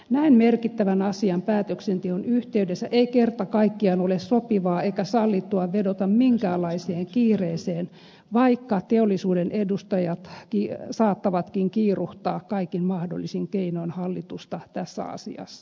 näin merkittävän asian päätöksenteon yhteydessä ei kerta kaikkiaan ole sopivaa eikä sallittua vedota minkäänlaiseen kiireeseen vaikka teollisuuden edustajat saattavatkin kiiruhtaa kaikin mahdollisin keinoin hallitusta tässä asiassa